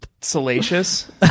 salacious